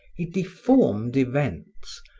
he deformed events,